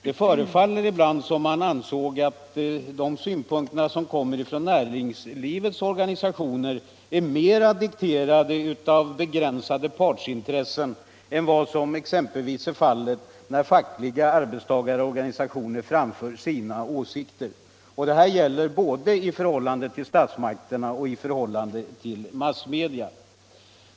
Det förefaller ibland som om man ansåg att de synpunkter som kommer ifrån näringslivets organisationer är mer dikterade av begränsade partsintressen än vad som är fallet exempelvis när fackliga arbetstagarorganisationer framför sina intressen. Och det gäller både i förhållande till statsmakterna och i förhållande till massmedia.